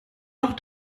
noch